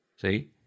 See